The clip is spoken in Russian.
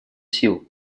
сил